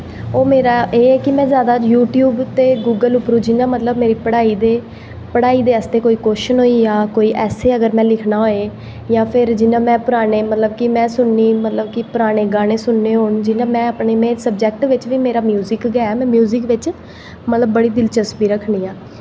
ओह् मेरा एह् ऐ कि में जादा यूट्यूब ते गूगल उप्परा जि'यां मतलब कि मेरी पढ़ाई दे पढ़ाई दे आस्तै कोई क्वेच्शन होइया कोई एस्से अगर में लिखना होऐ जां फिर जि'यां में पराने मतलब कि में सुननी मतलब कि परानें गानें सुनने होन जि'यां में अपने मेरे सब्जेक्ट बिच बी म्युजिक गै में म्युजिक बिच मतलब बड़ी दिलचस्पी रखनी आं